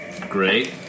Great